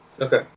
Okay